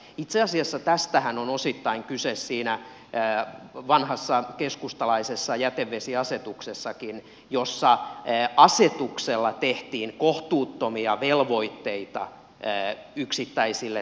itse asiassa tästähän on osittain kyse siinä vanhassa keskustalaisessa jätevesiasetuksessakin jolla asetuksella tehtiin kohtuuttomia velvoitteita yksittäisille talonomistajille